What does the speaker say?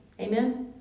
Amen